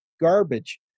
garbage